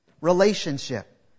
Relationship